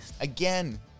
Again